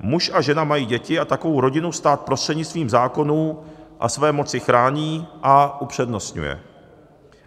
Muž a žena mají děti a takovou rodinu stát prostřednictvím zákonů a své moci chrání a upřednostňuje,